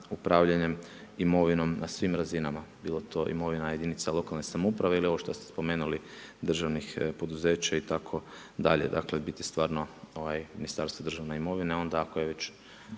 upravljanjem imovinom na svim razinama, bilo to imovina jedinica lokalne samouprave ili ovo što ste spomenuli državnih poduzeća itd., dakle biti stvarno Ministarstvo državne imovine, onda ako je već